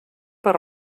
per